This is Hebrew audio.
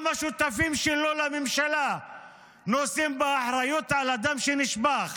גם השותפים שלו לממשלה נושאים באחריות לדם שנשפך